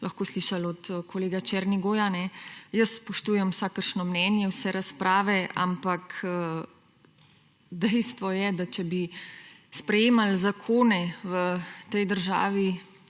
lahko slišal od kolega Černigoja. Jaz spoštujem vsakršno mnenje, vse razprave, ampak dejstvo je, da če bi sprejemal zakone v tej državi,